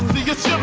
biggest so